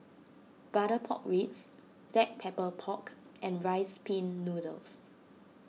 Butter Pork Ribs Black Pepper Pork and Rice Pin Noodles